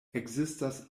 ekzistas